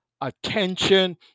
attention